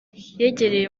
yegereye